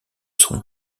son